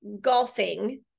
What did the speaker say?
golfing